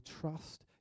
trust